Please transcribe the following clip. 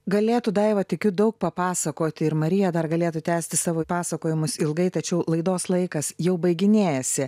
galėtų daiva tikiu daug papasakoti ir marija dar galėtų tęsti savo pasakojimus ilgai tačiau laidos laikas jau baiginėjasi